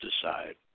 decide